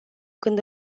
când